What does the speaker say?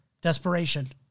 desperation